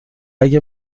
اگه